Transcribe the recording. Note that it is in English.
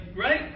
right